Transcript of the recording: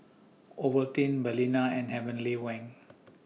Ovaltine Balina and Heavenly Wang